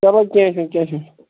چلو کیٚنٛہہ چھُنہٕ کیٚنٛہہ چھُنہٕ